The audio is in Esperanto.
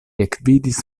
ekvidis